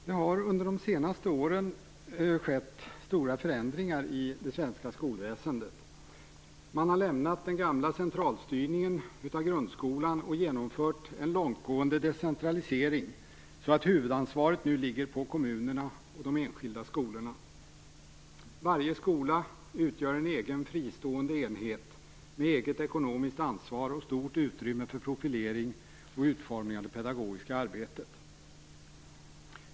Herr talman! Det har under de senaste åren skett stora förändringar i det svenska skolväsendet. Man har lämnat den gamla centralstyrningen av grundskolan och genomfört en långtgående decentralisering, så att huvudansvaret nu ligger på kommunerna och de enskilda skolorna. Varje skola utgör en egen fristående enhet, med eget ekonomiskt ansvar och stort utrymme för profilering och utformning av det pedagogiska arbetet.